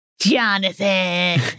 Jonathan